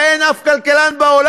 הרי אין אף כלכלן בעולם,